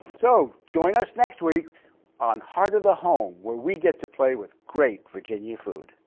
so, join us next week on heart of the home, where we get to play with great virginia food.